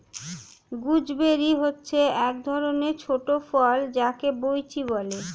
gooseberry হচ্ছে এক ধরণের ছোট ফল যাকে বৈঁচি বলে